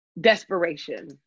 desperation